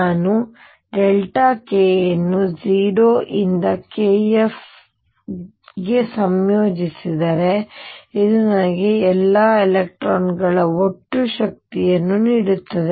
ಮತ್ತು ನಾನು k ಯನ್ನು 0 ರಿಂದ kff ಗೆ ಸಂಯೋಜಿಸಿದರೆ ಇದು ನನಗೆ ಈ ಎಲ್ಲಾ ಎಲೆಕ್ಟ್ರಾನ್ಗಳ ಒಟ್ಟು ಶಕ್ತಿಯನ್ನು ನೀಡುತ್ತದೆ